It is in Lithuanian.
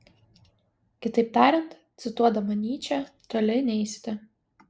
kitaip tariant cituodama nyčę toli neisite